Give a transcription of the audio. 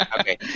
Okay